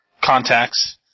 contacts